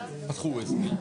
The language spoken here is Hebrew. זה נתון,